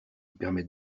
permet